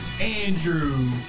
Andrew